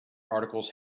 articles